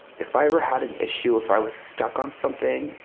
if i ever had an issue, if i was stuck on something,